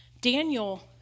Daniel